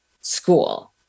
school